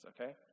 okay